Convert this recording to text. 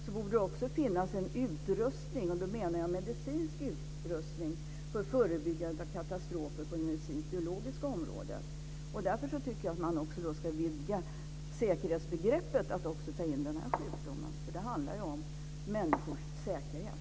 Det borde också finnas utrustning - och då menar jag medicinsk utrustning - för förebyggande av katastrofer på det medicinskt-biologiska området. Därför tycker jag att man ska vidga säkerhetsbegreppet till att också omfatta denna sjukdom. Det handlar om människors säkerhet.